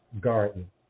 garden